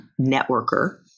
networker